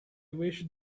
wish